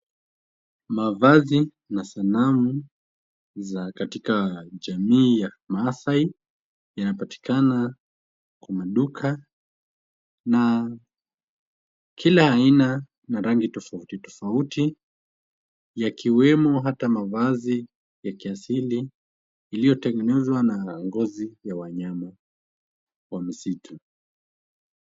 Mavazi na sanamu za katika jamii ya maasai yanapatikana kwa maduka na kila aina na rangi tofauti tofauti, yakiwemo hata mavazi ya kiasili iliyotengenezwa na ngozi ya wanyama wa msitu.